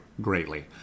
greatly